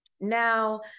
now